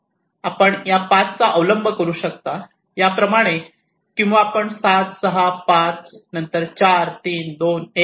आपण या पाथ चा अवलंब करू शकता याप्रमाणे किंवा आपण 7 6 5 नंतर 4 नंतर 3 2 1